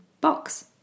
box